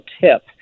tip